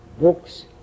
books